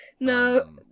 No